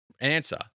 answer